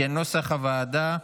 כנוסח הוועדה.